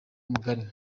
mugari